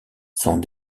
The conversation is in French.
sont